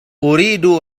أريد